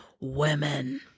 Women